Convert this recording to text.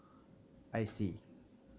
I see